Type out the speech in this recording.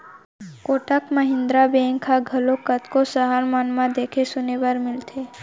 Kotak Mahindra bank ह घलोक कतको सहर मन म देखे सुने बर मिलथे